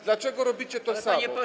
Dlaczego robicie to samo?